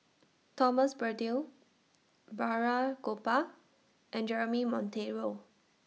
Thomas Braddell Balraj Gopal and Jeremy Monteiro